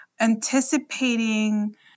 anticipating